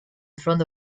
front